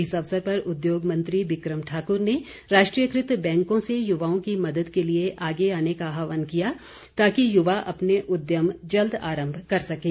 इस अवसर पर उद्योगमंत्री बिक्रम ठाकुर ने राष्ट्रीयकृत बैंकों से युवाओं की मदद के लिए आगे आने का आहवान किया ताकि युवा अपने उद्यम जल्द आरम्भ कर सकें